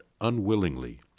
unwillingly